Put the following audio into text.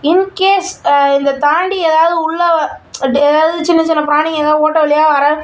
in case இதைத்தாண்டி ஏதாவது உள்ளே டே ஏதாவது சின்ன சின்ன பிராணிங்க எதா ஓட்டை வழியாக வர